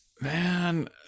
Man